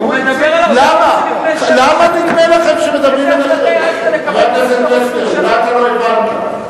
הוא מדבר על, חבר הכנסת פלסנר, אולי אתה לא הבנת.